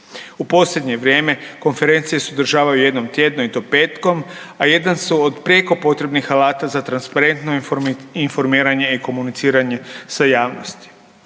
U posljednje vrijeme konferencije se održavaju jednom tjedno i to petkom, a jedan su od prijeko potrebnih alata za transparentno informiranje i komuniciranje sa javnosti.